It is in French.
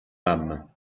âme